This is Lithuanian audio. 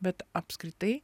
bet apskritai